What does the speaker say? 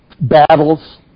battles